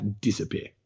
disappear